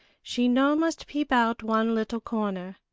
she no must peep out one little corner.